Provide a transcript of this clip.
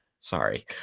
Sorry